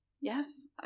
Yes